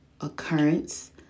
occurrence